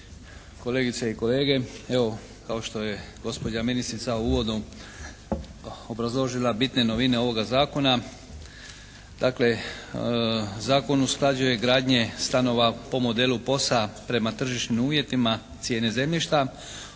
kolegice i kolege. Evo, kao što je gospođa ministrica u uvodnom obrazložila bitne novine ovoga zakona dakle zakon usklađuje gradnje stanova po modelu POS-a prema tržišnim uvjetima cijene zemljišta